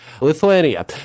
Lithuania